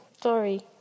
sorry